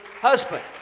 husband